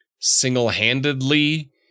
single-handedly